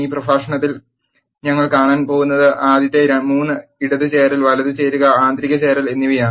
ഈ പ്രഭാഷണത്തിൽ ഞങ്ങൾ കാണാൻ പോകുന്നത് ആദ്യത്തെ 3 ഇടത് ചേരൽ വലത് ചേരുക ആന്തരിക ചേരൽ എന്നിവയാണ്